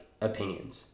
opinions